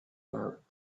out